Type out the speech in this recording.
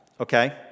okay